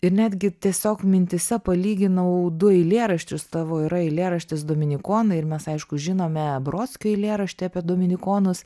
ir netgi tiesiog mintyse palyginau du eilėraščius tavo yra eilėraštis dominikonai ir mes aišku žinome brodskio eilėraštį apie dominikonus